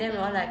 oh